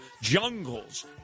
jungles